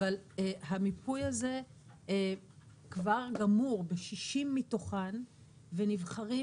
אבל המיפוי הזה כבר גמור ב-60 מתוכן ונבחרים,